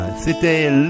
C'était